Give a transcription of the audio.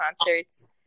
concerts